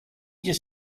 just